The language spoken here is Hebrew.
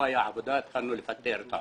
הייתה עבודה והיינו צריכים לפטר את העובדים.